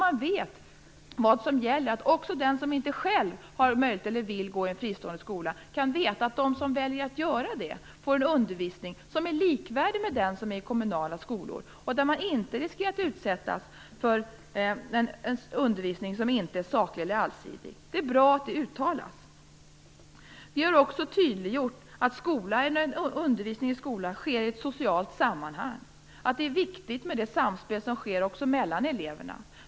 Man vet vad som gäller. Också den som inte själv har möjlighet eller vill gå i en fristående skola vet att de som väljer att göra det får en undervisning som är likvärdig med den som sker i kommunala skolor. Man riskerar inte att utsättas för en undervisning som inte är saklig eller allsidig. Det är bra att det uttalas. Vi har också tydliggjort att undervisningen i skolan sker i ett socialt sammanhang. Det är viktigt med det samspel som sker mellan eleverna.